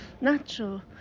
natural